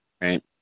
right